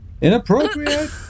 Inappropriate